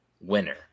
winner